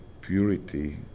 purity